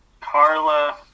Carla